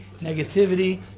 negativity